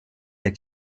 der